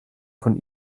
von